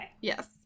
yes